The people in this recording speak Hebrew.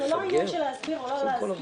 זה לא עניין של להסביר או לא להסביר.